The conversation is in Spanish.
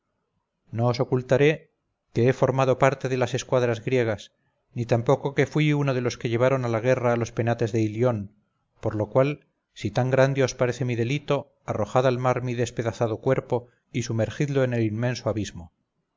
ocultaré que he formado parte de las escuadras griegas ni tampoco que fui uno de los que llevaron a la guerra a los penates de ilión por lo cual si tan grande os parece mi delito arrojad al mar mi despedazado cuerpo y sumergidlo en el inmenso abismo